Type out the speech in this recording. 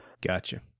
Gotcha